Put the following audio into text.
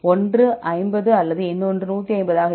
ஒன்று 50 அல்லது இன்னொன்று 150 ஆக இருந்தாலும்